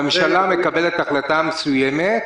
הממשלה מקבלת החלטה מסוימת,